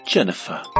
Jennifer